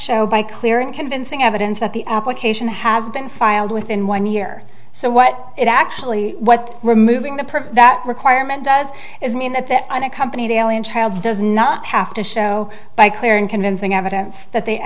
show by clear and convincing evidence that the application has been filed within one year so what it actually what removing the per that requirement does is mean that that unaccompanied alien child does not have to show by clear and convincing evidence that they